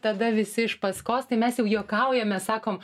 tada visi iš paskos tai mes jau juokaujame sakom